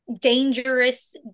dangerous